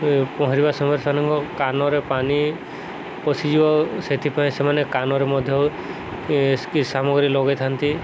ପହଁରିବା ସମୟରେ ସେମାନଙ୍କ କାନରେ ପାନି ପଷିଯିବ ସେଥିପାଇଁ ସେମାନେ କାନରେ ମଧ୍ୟ ସାମଗ୍ରୀ ଲଗେଇଥାନ୍ତି